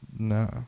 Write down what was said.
No